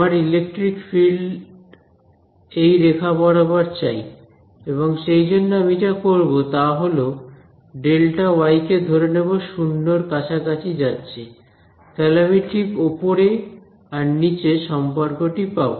আমার electric field এই রেখা বরাবর চাই এবং সেইজন্যে আমি যা করব তা হল Δy কে ধরে নেব 0 এর কাছাকাছি যাচ্ছে তাহলে আমি ঠিক উপরে আর নিচে সম্পর্ক টি পাব